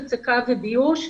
הצקה וביוש.